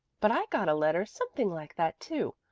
but i got a letter something like that too.